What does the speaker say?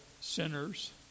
sinners